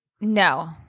No